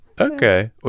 okay